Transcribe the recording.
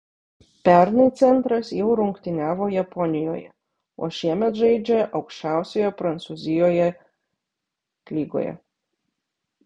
pernai centras jau rungtyniavo japonijoje o šiemet žaidžia aukščiausioje prancūzijoje lygoje